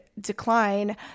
decline